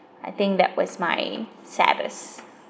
I think that was my saddest